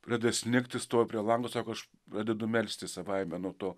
pradeda snigti stojo prie lango sako aš pradedu melstis savaime nuo to